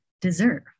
deserve